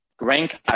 rank